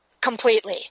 completely